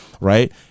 right